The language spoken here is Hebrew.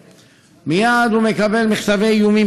מייד הוא מקבל מכתבי איומים,